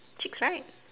chicks right